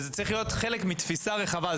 זה צריך להיות חלק מתפיסה רחבה,